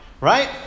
Right